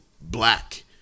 black